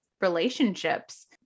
relationships